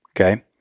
okay